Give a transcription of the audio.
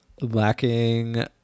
lacking